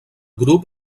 grup